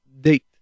date